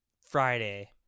Friday